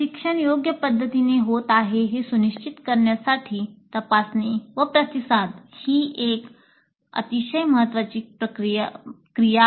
शिक्षण योग्य पद्धतीने होत आहे हे सुनिश्चित करण्यासाठी "तपासणी व प्रतिसाद" ही एक अतिशय महत्वाची क्रिया आहे